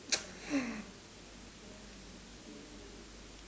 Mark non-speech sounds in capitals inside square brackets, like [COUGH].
[NOISE]